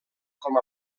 com